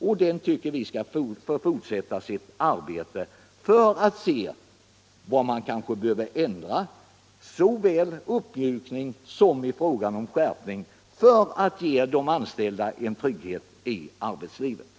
Vi tycker att den skall få fortsätta sitt arbete för att se vilka ändringar som behöver vidtas, både i form av uppmjukningar och i form av skärpningar, för att ge de anställda trygghet i arbetslivet.